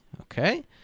Okay